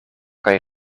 kaj